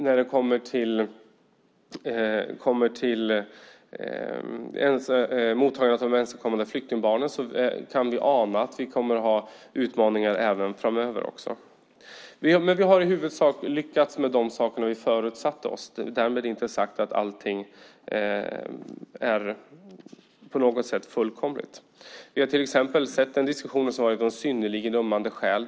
När det kommer till mottagandet av ensamkommande flyktingbarn kan vi ana att vi kommer att ha utmaningar även framöver. Men vi har i huvudsak lyckats med de saker som vi föresatte oss. Därmed inte sagt att allting på något sätt är fullkomligt. Vi har till exempel haft diskussionen om synnerligen ömmande skäl.